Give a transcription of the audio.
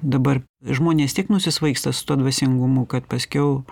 dabar žmonės tiek nusisvaigsta su tuo dvasingumu kad paskiau